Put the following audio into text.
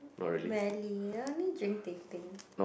rarely I only drink teh peng